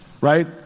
Right